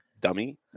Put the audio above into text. Dummy